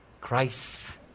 christ